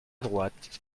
droite